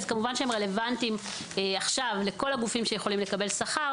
כמובן שהם רלוונטיים עכשיו לכל הגופים שיכולים לקבל שכר